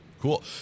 Cool